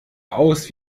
aus